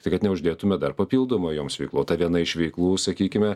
tai kad neuždėtume dar papildomai joms veiklų o ta viena iš veiklų sakykime